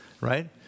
right